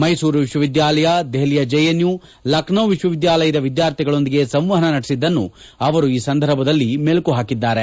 ಮೈಸೂರು ವಿಶ್ವವಿದ್ಯಾಲಯ ದೆಹಲಿಯ ಜೆಎನ್ಯು ಲಖನೌ ವಿಶ್ವವಿದ್ಯಾಲಯದ ವಿದ್ಯಾರ್ಥಿಗಳೊಂದಿಗೆ ಸಂವಹನ ನಡೆಸಿದ್ದನ್ನು ಅವರು ಈ ಸಂದರ್ಭದಲ್ಲಿ ಮೆಲುಕು ಹಾಕಿದ್ದಾರೆ